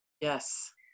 Yes